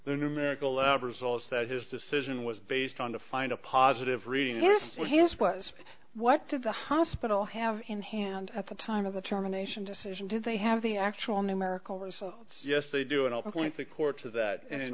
the numerical lab results that his decision was based on to find a positive reading list where his was what to the hospital have in hand at the time of the terminations decision do they have the actual numerical results yes they do and i'll point the court to that and